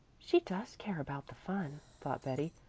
she does care about the fun, thought betty.